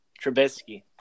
Trubisky